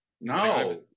No